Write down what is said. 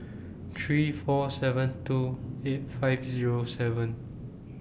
three four seven two eight five Zero seven